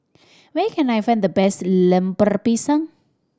where can I find the best Lemper Pisang